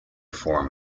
form